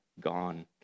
gone